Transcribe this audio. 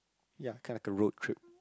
ya kinda like a road trip